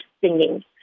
singing